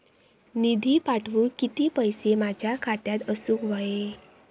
निधी पाठवुक किती पैशे माझ्या खात्यात असुक व्हाये?